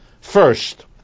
First